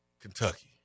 Kentucky